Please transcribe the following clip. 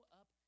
up